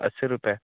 अस्सी रूपये